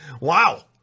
Wow